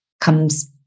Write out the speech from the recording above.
comes